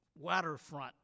waterfront